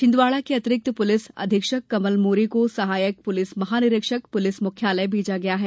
छिंदवाड़ा के अतिरिक्त पुलिस अधीक्षक कमल मोरे को सहायक पुलिस महानिरीक्षक पुलिस मुख्यालय भेजा गया है